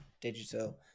digital